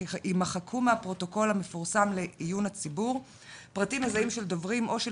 יימחקו מהפרוטוקול המפורסם לעיון הציבור פרטים מזהים של דוברים או של